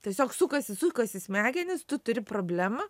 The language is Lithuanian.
tiesiog sukasi sukasi smegenys tu turi problemą